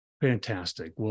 Fantastic